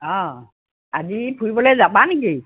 অঁ আজি ফুৰিবলৈ যাবা নেকি